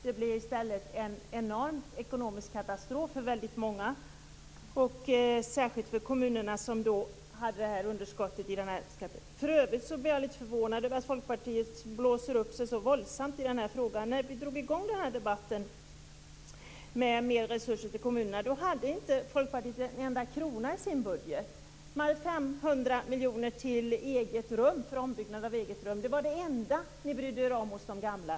Det blev i stället en enorm ekonomisk katastrof för många, särskilt för kommuner med underskott. Jag blir förvånad över att Folkpartiet blåser upp sig så våldsamt i frågan. När vi drog i gång debatten om mer resurser till kommunerna, hade Folkpartiet inte reserverat en enda krona i sin budget. Däremot fanns 500 miljoner kronor för ombyggnad till eget rum. Det var det enda ni brydde er om hos de gamla.